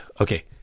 okay